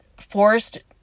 forced